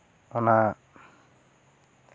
ᱚᱱᱟ